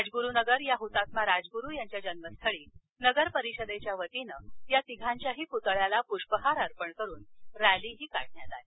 राजगुरुनगर या हुतात्मा राजगुरू यांच्या जन्मस्थळी नगरपरिषदेच्या वतीनं या तिघांच्याही पुतळ्याला पुष्पहार अर्पण करून रॅलीही काढण्यात आली